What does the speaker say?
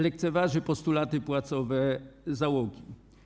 Lekceważy on postulaty płacowe załogi.